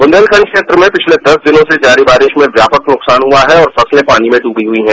बुंदेलखंड क्षेत्र में पिछले दस दिनों से जारी बारिश में व्यापक नुकसान हुआ है और फसलें पानी में डूबी हुई हैं